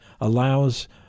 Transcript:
allows